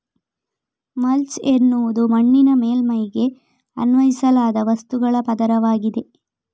mulch ಎನ್ನುವುದು ಮಣ್ಣಿನ ಮೇಲ್ಮೈಗೆ ಅನ್ವಯಿಸಲಾದ ವಸ್ತುಗಳ ಪದರವಾಗಿದೆ